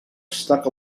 stuck